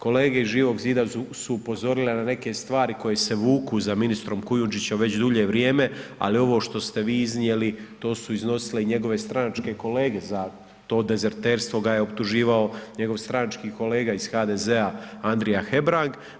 Kolege iz Živog zida su upozorile na neke stvari koje se vuku za ministrom Kujundžićem već dulje vrijeme, ali ovo što ste vi iznijeli to su iznosile i njegove stranačke kolege za to dezerterstvo ga je optuživao njegov stranački kolega iz HDZ-a Andrija Hebrang.